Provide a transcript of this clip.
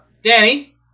Danny